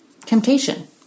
temptation